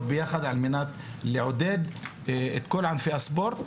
ביחד על מנת לעודד את כל ענפי הספורט,